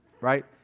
right